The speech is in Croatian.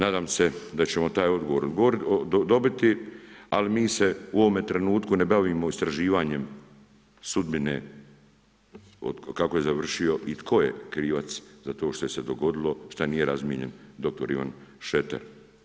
Nadam se da ćemo taj odgovor dobiti ali mi se u ovome trenutku ne bavimo istraživanjem sudbine kako je završio i tko je krivac za to što se dogodilo, šta nije razmijenjen dr. Ivan Šreter.